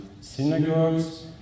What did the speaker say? synagogues